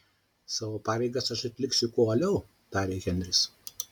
savo pareigas aš atliksiu kuo uoliau tarė henris